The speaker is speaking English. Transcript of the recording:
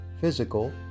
physical